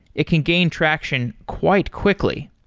it can gain traction quite quickly.